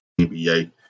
NBA